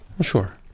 Sure